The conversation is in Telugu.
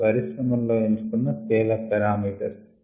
ఇవి పరిశ్రమలలో ఎంచు కొన్న స్కెల్ అప్ పారామీటర్స్